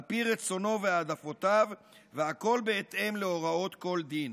פי רצונו והעדפותיו והכול בהתאם להוראות כל דין.